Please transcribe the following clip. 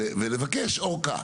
ולבקש אורכה.